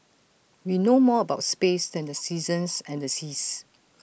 we know more about space than the seasons and the seas